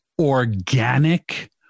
organic